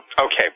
Okay